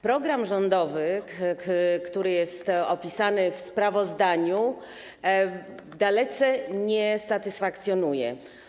Program rządowy, który jest opisany w sprawozdaniu, dalece nie satysfakcjonuje.